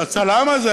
הצלם הזה,